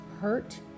hurt